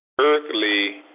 earthly